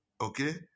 Okay